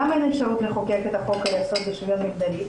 למה אין אפשרות לחוקק את החוק לשוויון מגדרי?